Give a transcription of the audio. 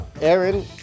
aaron